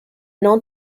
known